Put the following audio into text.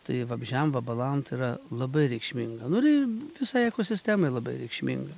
tai vabzdžiam vabalam tai yra labai reikšminga nu ir visai ekosistemai labai reikšminga